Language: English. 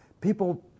people